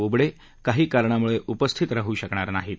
बोबड क्राही कारणामुळ उपस्थित राहू शकणार नाहीत